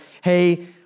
hey